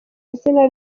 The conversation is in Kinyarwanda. izina